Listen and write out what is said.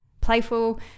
playful